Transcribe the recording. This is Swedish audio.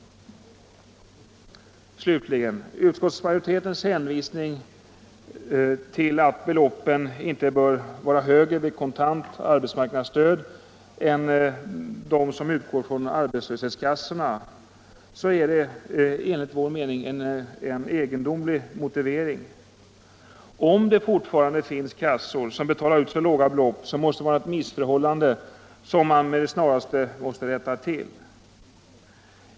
Slutligen: utskottsmajoritetens hänvisning till att beloppen inte bör vara högre vid kontant arbetsmarknadsstöd än de som utgår från arbetslöshetskassorna är — enligt vår menig — en egendomlig motivering. Om det fortfarande finns kassor som betalar ut så låga belopp är det ett missförhållande som med det snaraste måste rättas till.